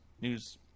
news